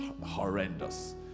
horrendous